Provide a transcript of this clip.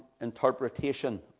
interpretation